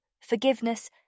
forgiveness